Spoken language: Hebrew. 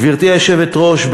גברתי היושבת-ראש,